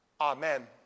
Amen